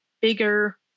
bigger